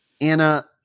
Anna